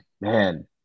man